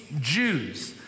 Jews